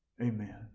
amen